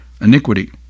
iniquity